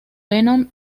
venom